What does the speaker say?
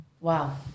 Wow